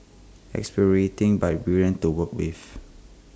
exasperating but brilliant to work with